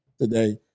today